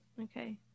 Okay